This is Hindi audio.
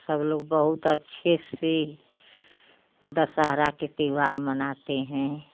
सब लोग बहुत अच्छे से दशहरा के त्योहार मनाते हैं